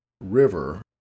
River